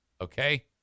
Okay